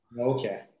Okay